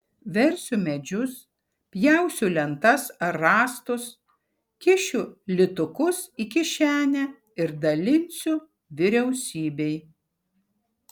versiu medžius pjausiu lentas ar rąstus kišiu litukus į kišenę ir dalinsiu vyriausybei